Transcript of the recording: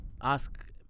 Ask